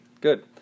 Good